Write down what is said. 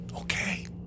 okay